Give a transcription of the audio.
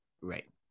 right